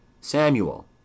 Samuel